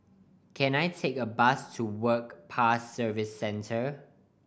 can I take a bus to Work Pass Services Centre